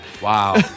Wow